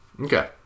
Okay